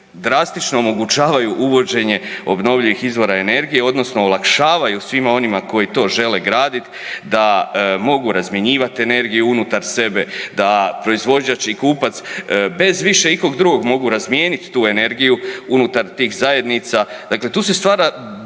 drastično omogućavaju uvođenje obnovljivih izvora energije odnosno olakšavaju svima onima koji to žele gradit da mogu razmjenjivat energiju unutar sebe, da proizvođač i kupac bez više ikog drugog mogu razmijenit tu energiju unutar tih zajednica, dakle tu se stvara